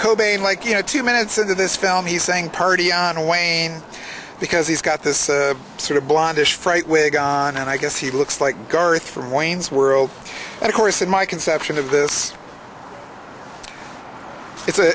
cobain like you know two minutes into this film he's saying party on wayne because he's got this sort of blondish fright wig on and i guess he looks like garth from wayne's world and of course in my conception of this it's a